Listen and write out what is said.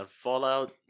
Fallout